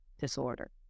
disorder